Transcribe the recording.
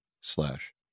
slash